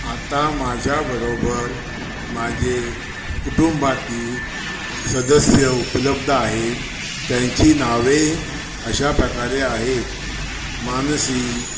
आता माझ्याबरोबर माझे कुटुंबातील सदस्य उपलब्ध आहेत त्यांची नावे अशा प्रकारे आहेत मानसी